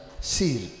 seal